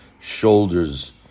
shoulders